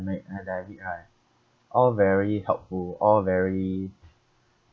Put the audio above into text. meet uh that I meet right all very helpful all very